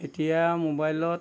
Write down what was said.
এতিয়া মোবাইলত